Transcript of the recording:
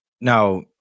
Now